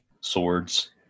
swords